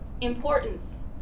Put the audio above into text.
importance